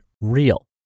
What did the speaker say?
real